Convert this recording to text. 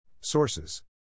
Sources